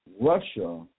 Russia